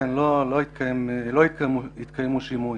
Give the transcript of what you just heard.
לא התקיימו שימועים.